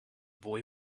boy